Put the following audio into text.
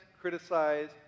criticize